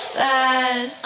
bad